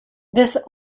this